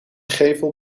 gevel